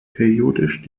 periodisch